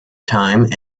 time